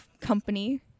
company